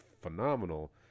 phenomenal